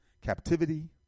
captivity